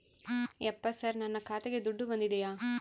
ಯಪ್ಪ ಸರ್ ನನ್ನ ಖಾತೆಗೆ ದುಡ್ಡು ಬಂದಿದೆಯ?